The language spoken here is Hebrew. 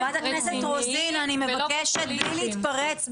חברת הכנסת רוזין, אני מבקשת, בלי להתפרץ.